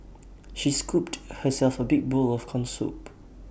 she scooped herself A big bowl of Corn Soup